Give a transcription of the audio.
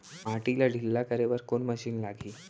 माटी ला ढिल्ला करे बर कोन मशीन लागही?